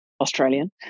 Australian